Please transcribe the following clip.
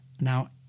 Now